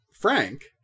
Frank